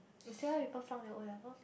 you say how you perform on your O levels